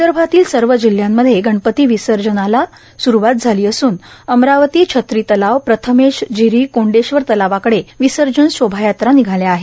विदर्भातील सर्व जिल्ह्यामध्ये गणपती विसर्जन करण्यास स्रुवात झाली असून अमरावती छत्रीतलावंप्रथमेशझिरीकोंडेश्वर तलावाकडे विसर्जन शोभायात्रा निघाल्या आहेत